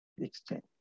exchange